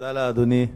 תודה לאדוני.